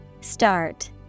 Start